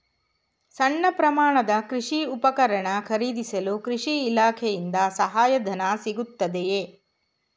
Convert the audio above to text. ಸಣ್ಣ ಪ್ರಮಾಣದ ಕೃಷಿ ಉಪಕರಣ ಖರೀದಿಸಲು ಕೃಷಿ ಇಲಾಖೆಯಿಂದ ಸಹಾಯಧನ ಸಿಗುತ್ತದೆಯೇ?